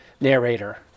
narrator